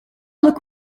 look